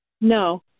No